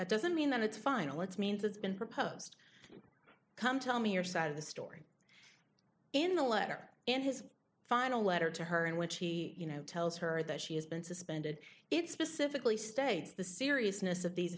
that doesn't mean that it's final it's means it's been proposed come tell me your side of the story in the letter in his final letter to her in which he you know tells her that she has been suspended it specifically states the seriousness of